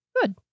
Good